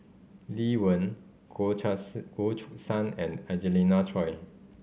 Lee Wen Goh Goh Choo San and Angelina Choy